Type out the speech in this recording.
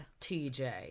TJ